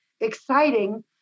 exciting